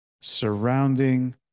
surrounding